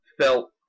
felt